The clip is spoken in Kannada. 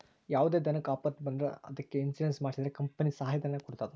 ಯಾವುದೇ ದನಕ್ಕೆ ಆಪತ್ತು ಬಂದ್ರ ಅದಕ್ಕೆ ಇನ್ಸೂರೆನ್ಸ್ ಮಾಡ್ಸಿದ್ರೆ ಕಂಪನಿ ಸಹಾಯ ಧನ ಕೊಡ್ತದ